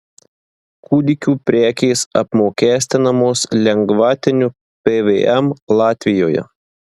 kūdikių prekės apmokestinamos lengvatiniu pvm latvijoje